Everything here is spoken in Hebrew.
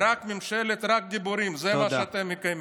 ממשלת רק דיבורים, זה מה שאתם מקיימים.